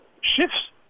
shifts